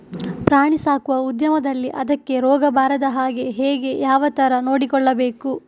ಪ್ರಾಣಿ ಸಾಕುವ ಉದ್ಯಮದಲ್ಲಿ ಅದಕ್ಕೆ ರೋಗ ಬಾರದ ಹಾಗೆ ಹೇಗೆ ಯಾವ ತರ ನೋಡಿಕೊಳ್ಳಬೇಕು?